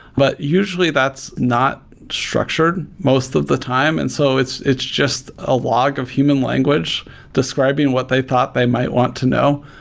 but usually, that's not structured most of the time. and so it's it's just a log of human language describing what they thought they might want to know.